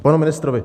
K panu ministrovi.